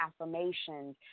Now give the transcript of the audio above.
affirmations